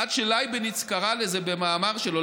עד שלייבניץ קרא לזה במאמר שלו,